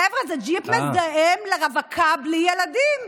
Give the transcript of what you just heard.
חבר'ה, זה ג'יפ מזהם לרווקה בלי ילדים.